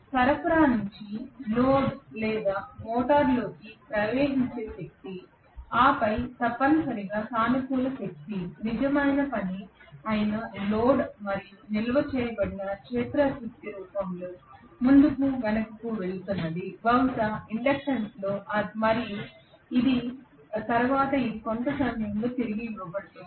సరఫరా నుండి లోడ్ లేదా మోటారులోకి ప్రవహించే శక్తి ఆపై తప్పనిసరిగా సానుకూల శక్తి లేదా నిజమైన పని అయిన లోడ్ మరియు నిల్వ చేయబడిన క్షేత్ర శక్తి రూపంలో ముందుకు వెనుకకు వెళుతున్నది బహుశా ఇండక్టెన్స్లో మరియు తరువాత ఇది కొంత సమయంలో తిరిగి ఇవ్వబడుతుంది